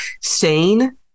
sane